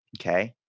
okay